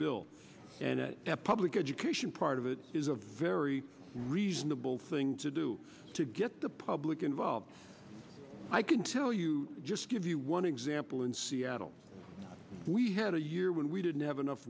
bill and public education part of it is a very reasonable thing to do to get the public involved i can tell you just give you one example in seattle we had a year when we didn't have enough